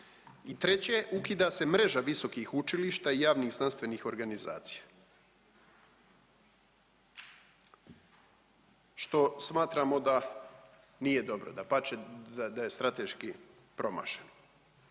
treće ukida se mreža visokih učilišta, javnih zdravstvenih organizacija što smatramo da nije dobro. Dapače, da je strateški promašen